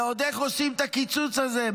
ועוד איך עושים את הקיצוץ הזה?